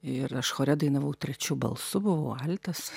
ir aš chore dainavau trečiu balsu buvau altas